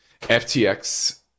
FTX